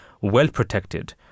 well-protected